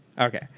Okay